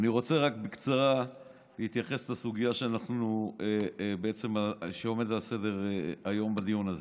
אני רוצה להתייחס בקצרה לסוגיה שעומדת על סדר-היום בדיון הזה.